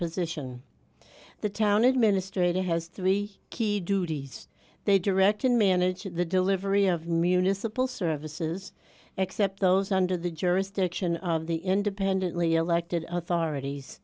position the town administrator has three key duties they direct in management the delivery of municipal services except those under the jurisdiction of the independently elected authorities